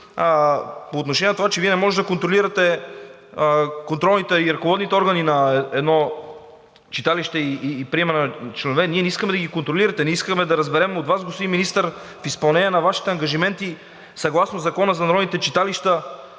по отношение на това, че Вие не може да контролирате контролните и ръководните органи на едно читалище и приемане на членове, ние не искаме да ги контролирате, искаме да разберем от Вас, господин Министър, в изпълнение на Вашите ангажименти съгласно Закона за народните читалища,